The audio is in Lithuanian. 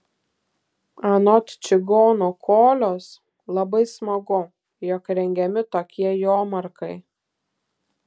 anot čigono kolios labai smagu jog rengiami tokie jomarkai